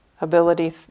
Ability